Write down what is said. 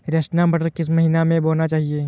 रचना मटर किस महीना में बोना चाहिए?